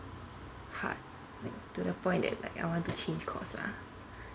hard like to the point that like I want to change course lah